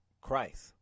Christ